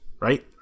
right